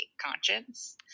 conscience